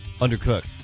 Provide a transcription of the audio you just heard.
undercooked